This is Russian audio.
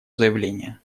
заявление